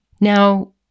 Now